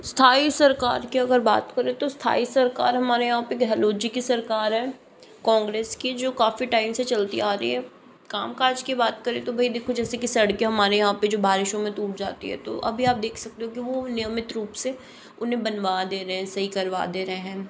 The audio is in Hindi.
स्थाई सरकार की अगर बात करें तो स्थाई सरकार हमारे यहाँ पर गहलोत जी की सरकार है कांग्रेस की जो काफ़ी टाइम से चलती आ रही है कामकाज की बात करें तो भाई देखो जैसे की सड़कें हमारे यहाँ पर जो बारिशों में टूट जाती हैं तो अभी आप देख सकते हो कि वो नियमित रूप से उन्हें बनवा दें रहे हैं सही करवा दें रहे हैं